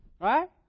Right